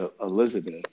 Elizabeth